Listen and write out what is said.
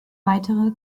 weitere